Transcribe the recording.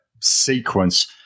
sequence